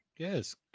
Yes